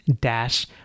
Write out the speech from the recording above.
dash